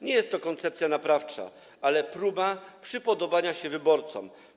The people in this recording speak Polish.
Nie jest to koncepcja naprawcza, ale próba przypodobania się wyborcom.